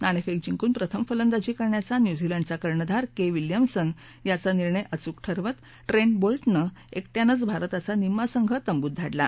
नाणेफेक जिंकून प्रथम फलंदाजी करण्याचा न्यूझीलंडचा कर्णधार के विलियमसन याचा निर्णय अचूक ठरवत ट्रेंट बोल्टनं एकट्यानच भारताचा निम्मा संघ तंबूत धाडला